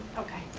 okay,